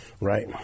Right